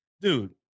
dude